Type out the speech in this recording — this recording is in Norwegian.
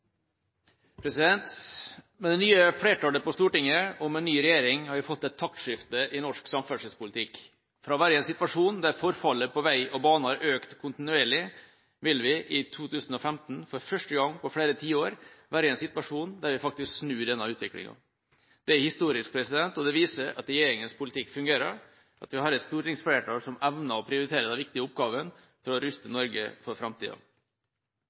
Med det nye flertallet på Stortinget og med ny regjering har vi fått et taktskifte i norsk samferdselspolitikk. Fra å være i en situasjon der forfallet på vei og bane har økt kontinuerlig, vil vi i 2015, for første gang på flere tiår, være i en situasjon der vi faktisk snur denne utviklingen. Det er historisk, og det viser at regjeringas politikk fungerer, at vi har et stortingsflertall som evner å prioritere den viktige oppgaven for å ruste Norge for framtida.